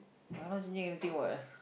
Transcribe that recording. I not changing anything what